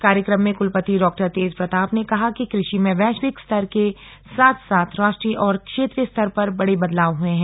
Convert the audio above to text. कार्यक्रम में कुलपति डा तेज प्रताप ने कहा कि कृषि में वैश्विक स्तर के साथ साथ राष्ट्रीय और क्षेत्रीय स्तर पर बड़े बदलाव हुए हैं